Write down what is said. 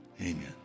Amen